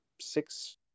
six